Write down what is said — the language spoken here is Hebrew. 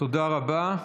תודה רבה.